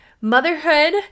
motherhood